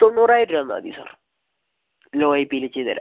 തൊണ്ണൂറായിരം രൂപ തന്നാൽ മതി സാർ ലോ ഐ പില് ചെയ്ത് തരാം